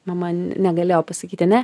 mama negalėjo pasakyti ne